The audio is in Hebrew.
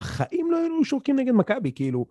בחיים לא היו לנו שורקים נגד מכבי, כאילו...